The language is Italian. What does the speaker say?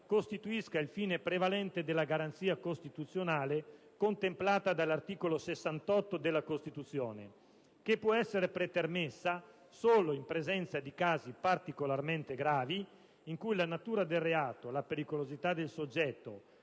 costituisca il fine prevalente della garanzia costituzionale contemplata dall'articolo 68 della Costituzione, che può essere pretermessa solo in presenza di casi particolarmente gravi, in cui la natura del reato, la pericolosità del soggetto,